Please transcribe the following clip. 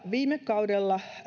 viime kaudella